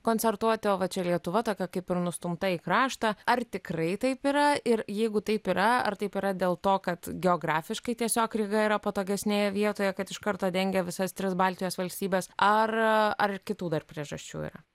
koncertuoti o va čia lietuva tokia kaip ir nustumta į kraštą ar tikrai taip yra ir jeigu taip yra ar taip yra dėl to kad geografiškai tiesiog ryga yra patogesnėj vietoje kad iš karto dengia visas tris baltijos valstybes ar ar ir kitų dar priežasčių yra